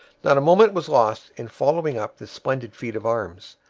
not a moment was lost in following up this splendid feat of arms.